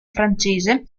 francese